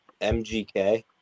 MGK